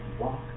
walk